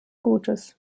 gutes